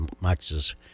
Max's